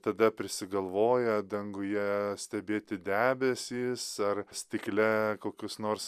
tada prisigalvoję danguje stebėti debesys ar stikle kokius nors